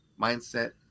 mindset